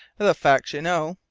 the facts you know,